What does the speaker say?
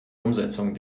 umsetzung